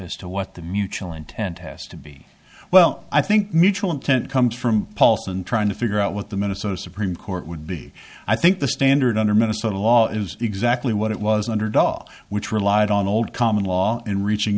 as to what the mutual intent has to be well i think mutual intent comes from paulson trying to figure out what the minnesota supreme court would be i think the standard under minnesota law is exactly what it was underdog which relied on old common law in reaching